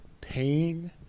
pain